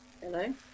Hello